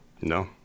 no